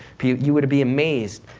you you would be amazed